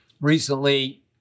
Recently